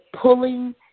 pulling